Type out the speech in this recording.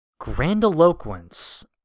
grandiloquence